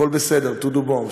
"הכול בסדר, טודו בום".